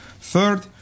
Third